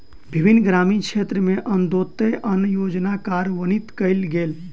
विभिन्न ग्रामीण क्षेत्र में अन्त्योदय अन्न योजना कार्यान्वित कयल गेल